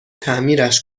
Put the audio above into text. تعمیرش